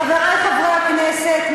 חברי חברי הכנסת,